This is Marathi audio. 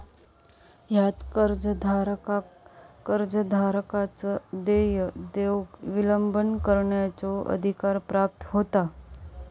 ह्यात कर्जदाराक कर्जदाराकच देय देऊक विलंब करण्याचो अधिकार प्राप्त होता